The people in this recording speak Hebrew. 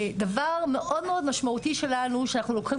דבר מאוד מאוד משמעותי שלנו שאנחנו לוקחים